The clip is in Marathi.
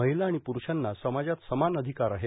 महिला आणि पुरुषांना समाजात समान अधिकार आहे